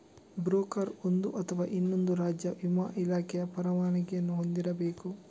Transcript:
broker ಒಂದು ಅಥವಾ ಇನ್ನೊಂದು ರಾಜ್ಯ ವಿಮಾ ಇಲಾಖೆಯ ಪರವಾನಗಿಗಳನ್ನು ಹೊಂದಿರಬೇಕು